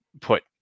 put